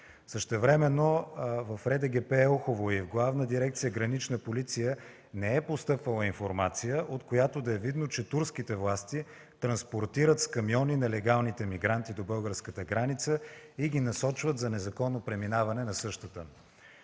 Същевременно в РДГП – Елхово, и в Главна дирекция „Гранична полиция” не е постъпвала информация, от която да е видно, че турските власти транспортират с камиони нелегалните имигранти до българската граница и ги насочват за незаконно преминаване на същата.